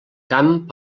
camp